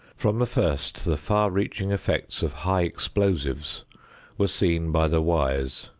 from the first, the far-reaching effects of high explosives were seen by the wise,